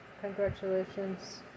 Congratulations